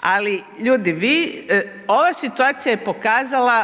Ali ljudi vi, ova situacija je pokazala